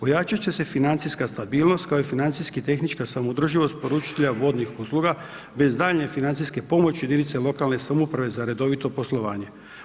Ojačati će se financijska stabilnost, kao i financijska tehnička samoodrživosti poručitelja vodnih usluga, bez daljnje financijske pomoći jedinice lokalne samouprave za redovito poslovanje.